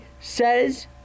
says